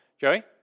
Joey